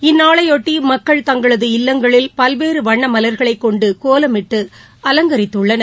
இந்நாளையொட்டி மக்கள் தங்களது இல்லங்களில் பல்வேறு வண்ண மலர்களை கொண்டு கோலமிட்டு அலங்கரித்துள்ளனர்